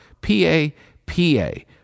P-A-P-A